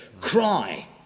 cry